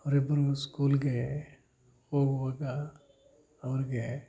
ಅವ್ರಿಬ್ಬರಿಗೂ ಸ್ಕೂಲಿಗೆ ಹೋಗುವಾಗ ಅವ್ರಿಗೆ